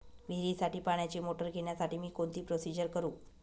विहिरीसाठी पाण्याची मोटर घेण्यासाठी मी कोणती प्रोसिजर करु?